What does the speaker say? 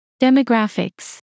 Demographics